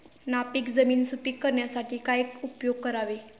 नापीक जमीन सुपीक करण्यासाठी काय उपयोग करावे?